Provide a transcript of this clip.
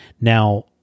Now